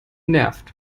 nervt